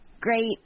great